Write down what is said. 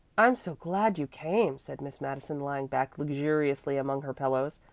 i'm so glad you came, said miss madison lying back luxuriously among her pillows.